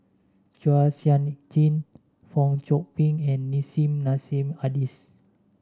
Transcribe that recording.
Chua Sian Chin Fong Chong Pik and Nissim Nassim Adis